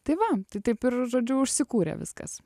tai va tai taip ir žodžiu užsikūrė viskas